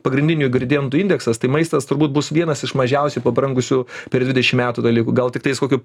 pagrindinių ingridientų indeksas tai maistas turbūt bus vienas iš mažiausiai pabrangusių per dvidešimt metų dalykų gal tiktais kokiu